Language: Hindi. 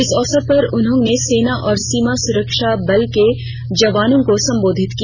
इस अवसर पर उन्होंने सेना और सीमा सुरक्षाबल के जवानों को संबोधित किया